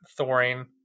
Thorin